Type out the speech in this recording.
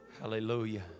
Hallelujah